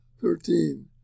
thirteen